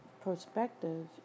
perspective